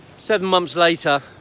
seven months later,